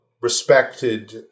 respected